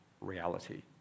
reality